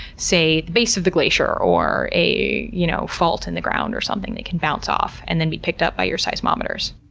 say, the base of the glacier or a you know fault in the ground or something they can bounce off, and then be picked up by your seismometers.